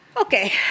Okay